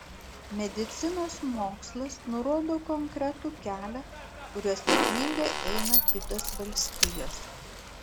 medicinos mokslas nurodo konkretų kelią kuriuo sėkmingai eina kitos valstijos